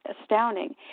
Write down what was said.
astounding